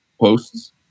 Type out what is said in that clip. posts